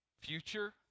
future